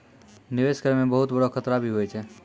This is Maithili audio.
निवेश करै मे बहुत बड़ो खतरा भी हुवै छै